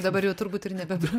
dabar jau turbūt ir nebebran